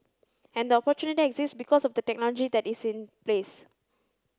and the opportunity exists because of the technology that is in place